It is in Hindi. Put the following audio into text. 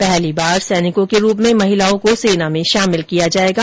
पहली बार सैनिकों के रूप में महिलाओं को सेना में शामिल किया जाएगा